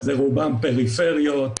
רובם פריפריות,